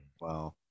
wow